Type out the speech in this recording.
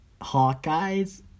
Hawkeyes